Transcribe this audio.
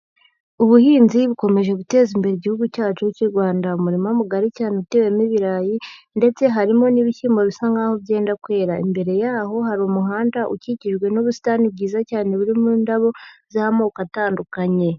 Ubuhinzi bukomeje guteza imbere Igihugu cyacu cy'u Rwanda, umurima mugari cyane utewemo ibirayi ndetse harimo n'ibishyimbo bisa nk'aho byenda kwera, imbere yaho hari umuhanda ukikijwe n'ubusitani bwiza cyane burimo indabo z'amoko atandukanye.